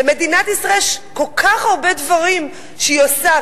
למדינת ישראל יש כל כך הרבה דברים שהיא עושה,